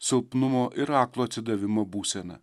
silpnumo ir aklo atsidavimo būsena